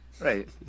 Right